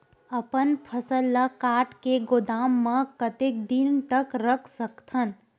अपन फसल ल काट के गोदाम म कतेक दिन तक रख सकथव?